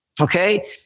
Okay